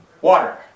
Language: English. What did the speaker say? Water